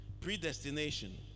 Predestination